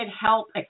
help